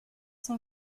sont